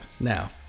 Now